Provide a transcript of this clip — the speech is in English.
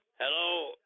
Hello